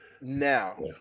Now